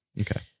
Okay